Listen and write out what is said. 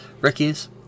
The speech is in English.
Ricky's